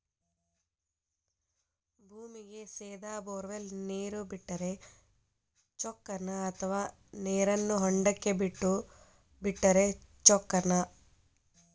ಭೂಮಿಗೆ ಸೇದಾ ಬೊರ್ವೆಲ್ ನೇರು ಬಿಟ್ಟರೆ ಚೊಕ್ಕನ ಅಥವಾ ನೇರನ್ನು ಹೊಂಡಕ್ಕೆ ಬಿಟ್ಟು ಬಿಟ್ಟರೆ ಚೊಕ್ಕನ?